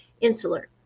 Insular